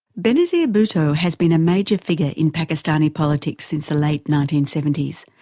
benazir bhutto has been a major figure in pakistani politics since the late nineteen seventy s.